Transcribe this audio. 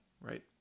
right